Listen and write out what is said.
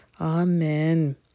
Amen